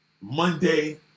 Monday